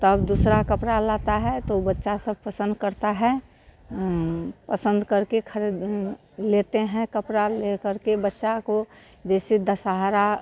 तब दूसरे कपड़े लाते हैं तो बच्चे सब पसंद करते हैं पसंद करके ख़रीद लेते हैं कपड़ा लेकर के बच्चे को जैसे दशहरा